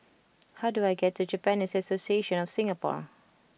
how do I get to Japanese Association of Singapore